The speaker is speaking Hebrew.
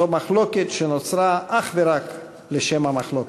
זו מחלוקת שנוצרת אך ורק לשם המחלוקת.